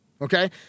Okay